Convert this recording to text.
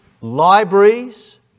libraries